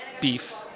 beef